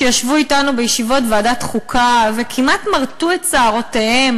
שישבו אתנו בישיבות ועדת חוקה וכמעט מרטו את שערותיהם